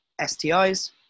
STIs